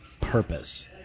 purpose